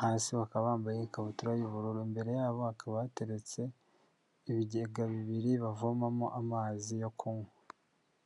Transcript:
hasi bakaba bambaye ikabutura y'ubururu imbere yabo hakaba hateretse ibigega bibiri bavomamo amazi yo kunywa.